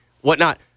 whatnot